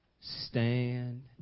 Stand